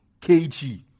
kg